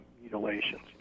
mutilations